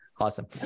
Awesome